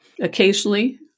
Occasionally